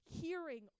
hearing